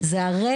גם לוקחים